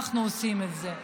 אנחנו עושים את זה.